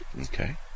Okay